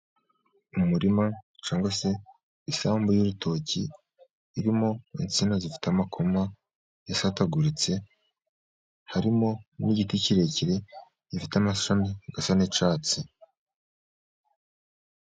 Umurima cyangwa se isambu y'urutoki, irimo insina zifite amakoma yasataguritse, harimo n'igiti kirekire gifite amashami asa n'icyatsi.